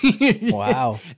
Wow